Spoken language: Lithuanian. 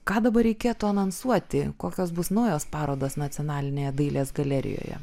ką dabar reikėtų anonsuoti kokios bus naujos parodos nacionalinėje dailės galerijoje